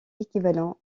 équivalent